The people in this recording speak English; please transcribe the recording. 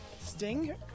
Sting